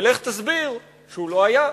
ולך תסביר שהוא לא היה,